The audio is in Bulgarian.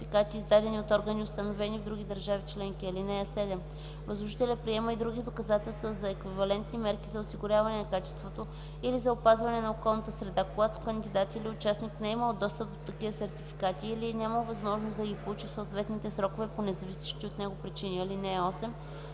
сертификати, издадени от органи, установени в други държави членки. (7) Възложителят приема и други доказателства за еквивалентни мерки за осигуряване на качеството или за опазване на околната среда, когато кандидат или участник не е имал достъп до такива сертификати или е нямал възможност да ги получи в съответните срокове по независещи от него причини. (8)